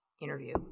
interview